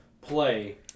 play